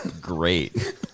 Great